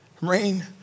Rain